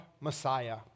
Messiah